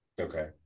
Okay